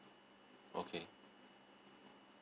okay